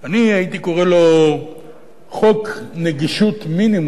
אני הייתי קורא לו חוק נגישות מינימום